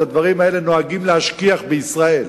את הדברים האלה נוהגים להשכיח בישראל.